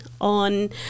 on